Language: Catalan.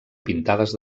pintades